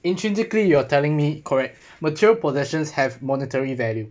intrinsically you are telling me correct material possessions have monetary value